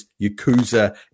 Yakuza